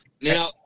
now